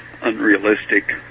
unrealistic